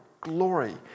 glory